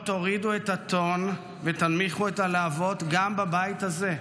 תורידו את הטון ותנמיכו את הלהבות גם בבית הזה.